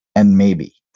and maybe.